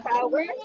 Power